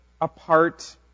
apart